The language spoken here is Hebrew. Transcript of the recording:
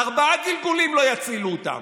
ארבעה גלגולים לא יצילו אותם.